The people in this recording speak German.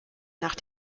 nach